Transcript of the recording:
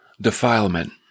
defilement